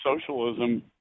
socialism